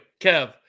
Kev